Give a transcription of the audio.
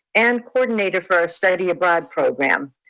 and coordinator for our study abroad program.